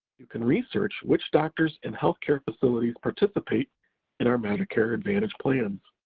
you can research which doctors and healthcare facilities participate in our medicare advantage plans.